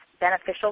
beneficial